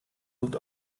sucht